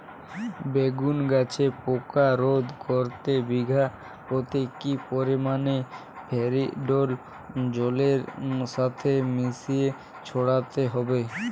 বেগুন গাছে পোকা রোধ করতে বিঘা পতি কি পরিমাণে ফেরিডোল জলের সাথে মিশিয়ে ছড়াতে হবে?